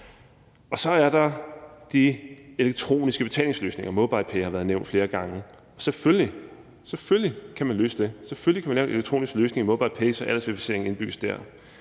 Så er der de elektroniske betalingsløsninger – MobilePay har været nævnt flere gange – og selvfølgelig kan man løse det. Man kan selvfølgelig lave en elektronisk løsning, så en aldersverificering indbygges i